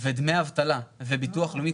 ודמי אבטלה וביטוח לאומי,